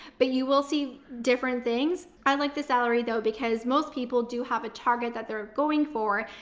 but you will see different things. i like the salary though, because most people do have a target that they're going for.